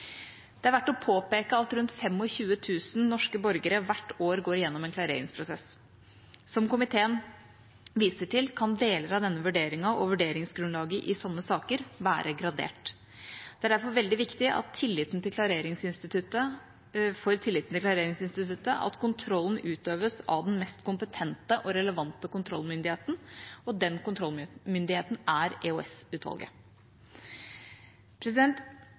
Det er verdt å påpeke at rundt 25 000 norske borgere hvert år går igjennom en klareringsprosess. Som komiteen viser til, kan deler av denne vurderingen og vurderingsgrunnlaget i sånne saker være gradert. Det er derfor veldig viktig for tilliten til klareringsinstituttet at kontrollen utøves av den mest kompetente og relevante kontrollmyndigheten, og den kontrollmyndigheten er